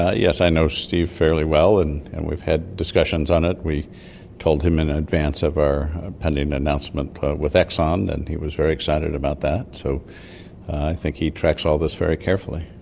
ah yes, i know steve fairly well and and we've had discussions on it. we told him in advance of our pending announcement with exon and he was very excited about that. so i think he tracks all this very carefully.